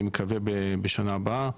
אני מקווה בשנה הבאה.